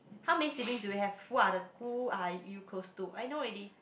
how many siblings do you have who are who you close to I know already